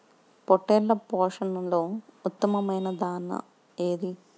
పొట్టెళ్ల పోషణలో ఉత్తమమైన దాణా ఏది?